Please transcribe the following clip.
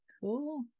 Cool